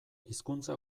hizkuntza